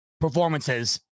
performances